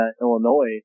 Illinois